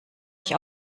ich